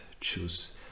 choose